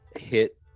hit